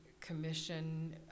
Commission